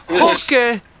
Okay